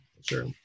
sure